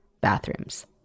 Bathrooms